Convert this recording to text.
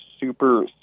super